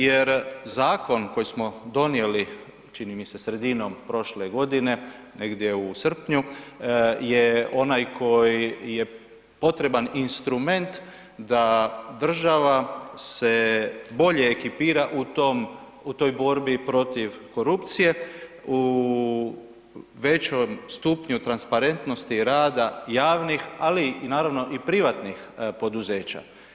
Jer zakon koji smo donijeli, čini mi se sredinom prošle godine, negdje u srpnju je onaj koji je potreban instrument da država se bolje ekipira u toj borbi protiv, u većem stupnju transparentnosti rada javnih, ali i naravno i privatnih poduzeća.